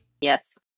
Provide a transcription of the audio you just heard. Yes